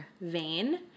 vein